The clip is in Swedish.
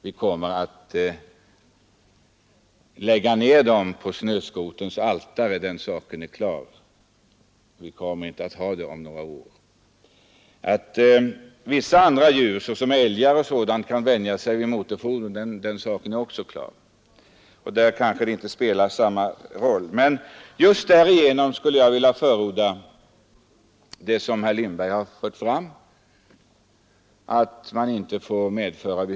Vi kommer att lägga ned dem på snöskoterns altare, den saken är klar. Vissa andra djur, såsom älgar, kan vänja sig vid motorfordon. Men just därför skulle jag vilja förorda herr Lindbergs förslag i en motion att jaktvapen över huvud taget inte får medföras.